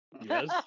yes